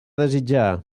desitjar